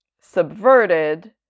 subverted